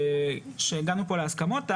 שהגענו פה להסכמות.